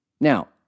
Now